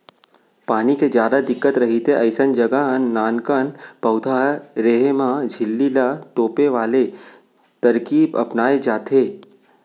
पानी के जादा दिक्कत रहिथे अइसन जघा नानकन पउधा रेहे म झिल्ली ल तोपे वाले तरकीब अपनाए जाथे